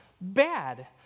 Bad